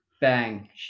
bang